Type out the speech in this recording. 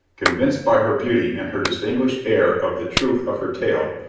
convinced by her beauty and her distinguished air of the truth of her tale,